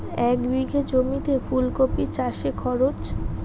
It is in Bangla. এক বিঘে জমিতে ফুলকপি চাষে খরচ?